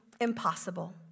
impossible